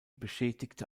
beschädigte